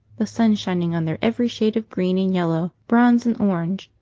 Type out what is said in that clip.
the sun shining on their every shade of green and yellow, bronze and orange,